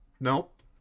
Nope